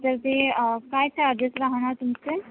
तर ते काय चार्जेस राहणार तुमचे